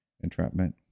entrapment